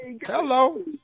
Hello